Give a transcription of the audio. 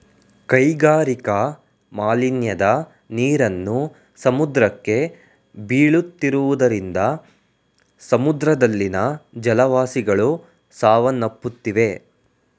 ಕೈಗಾರಿಕಾ ಮಾಲಿನ್ಯದ ನೀರನ್ನು ಸಮುದ್ರಕ್ಕೆ ಬೀಳುತ್ತಿರುವುದರಿಂದ ಸಮುದ್ರದಲ್ಲಿನ ಜಲವಾಸಿಗಳು ಸಾವನ್ನಪ್ಪುತ್ತಿವೆ